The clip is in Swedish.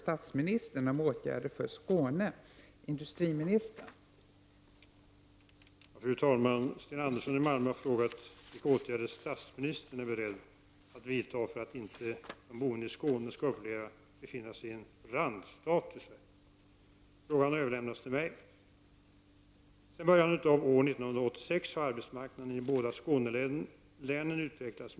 Sedan en tid tillbaka har den socialdemokratiska regeringen initierat beslut eller visat handlingsförlamning, vilket negativt drabbat Skåne. Nedläggning av ett kärnkraftsaggregat i Barsebäck.